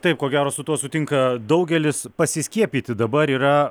taip ko gero su tuo sutinka daugelis pasiskiepyti dabar yra